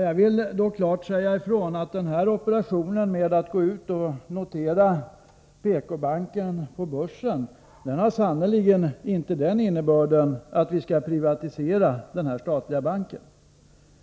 Jag vill då klart säga ifrån att operationen att introducera PK-banken på börsen sannerligen inte har den innebörden att vi skall privatisera denna statliga bank.